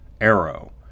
Arrow